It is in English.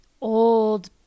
old